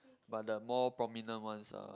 but the more prominent ones are